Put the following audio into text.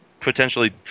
potentially